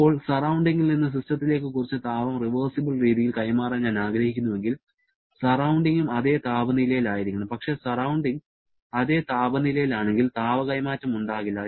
ഇപ്പോൾ സറൌണ്ടിങ്ങിൽ നിന്ന് സിസ്റ്റത്തിലേക്ക് കുറച്ചു താപം റിവേഴ്സിബൽ രീതിയിൽ കൈമാറാൻ ഞാൻ ആഗ്രഹിക്കുന്നുവെങ്കിൽ സറൌണ്ടിങ്ങും അതെ താപനിലയിലായിരിക്കണം പക്ഷേ സറൌണ്ടിങ് അതേ താപനിലയിലാണെങ്കിൽ താപ കൈമാറ്റം ഉണ്ടാകില്ല